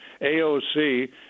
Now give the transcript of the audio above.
AOC